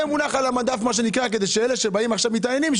מונח על המדף כדי שאלה שבאים עכשיו ומתעניינים,